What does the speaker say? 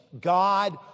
God